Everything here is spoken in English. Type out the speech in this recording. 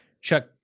Chuck